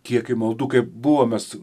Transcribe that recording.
kiekį maldų kai buvom mes